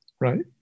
right